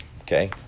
okay